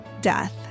death